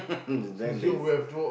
that laze